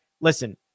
listen